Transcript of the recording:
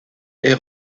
est